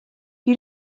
you